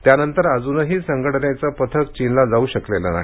त्यानंतर अजुनही संघटनेचं पथक चीनला जाऊ शकलेलं नाही